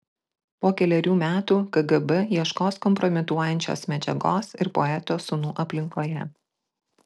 po kelerių metų kgb ieškos kompromituojančios medžiagos ir poeto sūnų aplinkoje